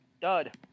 Dud